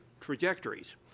trajectories